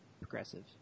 progressive